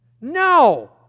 No